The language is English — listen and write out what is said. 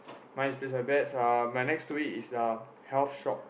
mine is beside beds uh my next to it is uh health shop